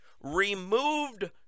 removed